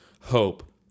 hope